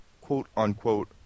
quote-unquote